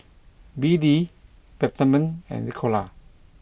B D Peptamen and Ricola